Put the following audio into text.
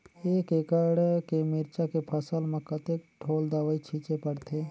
एक एकड़ के मिरचा के फसल म कतेक ढोल दवई छीचे पड़थे?